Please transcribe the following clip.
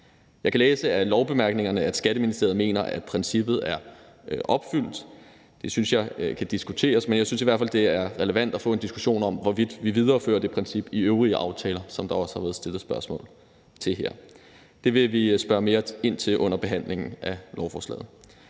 Jeg kan læse af lovbemærkningerne, at Skatteministeriet mener, at princippet er opfyldt. Det synes jeg kan diskuteres, men jeg synes i hvert fald, at det er relevant at få en diskussion om, hvorvidt vi viderefører det princip i øvrige aftaler, som der også har været stillet spørgsmål om her. Det vil vi spørge mere ind til under udvalgsbehandlingen af lovforslaget.